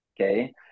Okay